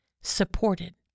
supported